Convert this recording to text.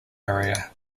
area